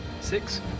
Six